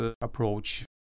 approach